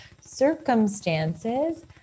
circumstances